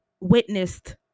witnessed